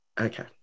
okay